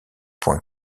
points